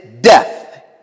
death